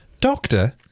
Doctor